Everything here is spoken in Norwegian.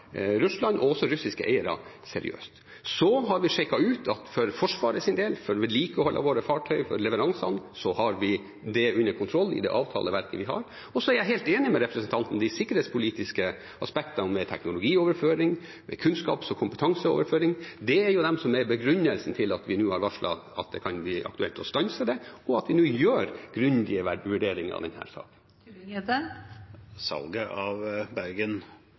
Russland og russiske eiere seriøst. Vi har sjekket ut at for Forsvarets del, for vedlikehold av våre fartøy og for leveransene, har vi det under kontroll i det avtaleverket vi har. Så er jeg helt enig med representanten i at de sikkerhetspolitiske aspektene med teknologioverføring og kunnskaps- og kompetanseoverføring er begrunnelsen for at vi nå har varslet at det kan bli aktuelt å stanse salget, og at vi nå gjør grundige vurderingen av denne saken. Salget av Bergen